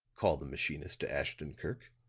called the machinist to ashton-kirk